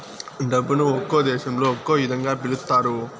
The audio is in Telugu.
డబ్బును ఒక్కో దేశంలో ఒక్కో ఇదంగా పిలుత్తారు